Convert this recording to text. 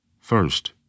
First